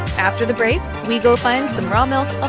after the break, we go find some raw milk